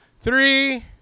three